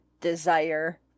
desire